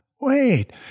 Wait